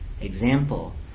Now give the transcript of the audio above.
example